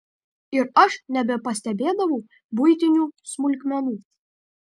ir aš nebepastebėdavau buitinių smulkmenų